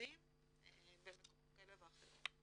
ועובדים במקומות כאלה ואחרים.